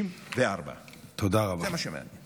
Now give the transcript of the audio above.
64. זה מה שמעניין אותו.